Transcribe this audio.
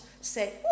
say